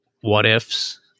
what-ifs